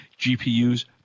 GPUs